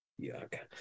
Yuck